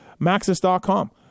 maxis.com